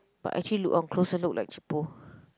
but actually look on closer look like cheapo